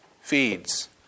feeds